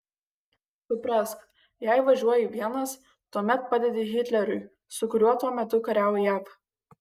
suprask jei važiuoji vienas tuomet padedi hitleriui su kuriuo tuo metu kariavo jav